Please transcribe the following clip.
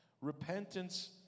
Repentance